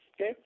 okay